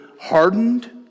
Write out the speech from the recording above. hardened